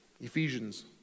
Ephesians